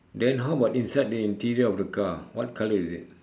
then how about inside the interior of the car what colour is it